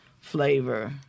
flavor